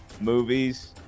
movies